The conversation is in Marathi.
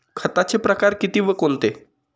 खताचे प्रकार किती व कोणते?